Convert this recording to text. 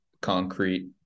concrete